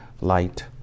light